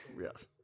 Yes